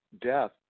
death